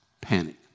panic